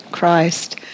Christ